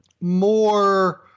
more